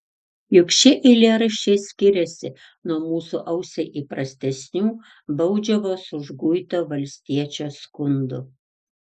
juk šie eilėraščiai skiriasi nuo mūsų ausiai įprastesnių baudžiavos užguito valstiečio skundų